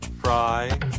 Fry